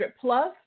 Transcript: plus